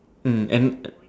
mm and